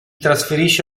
trasferisce